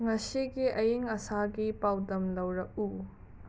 ꯉꯁꯤꯒꯤ ꯑꯌꯤꯡ ꯑꯁꯥꯒꯤ ꯄꯥꯎꯗꯝ ꯂꯧꯔꯛꯎ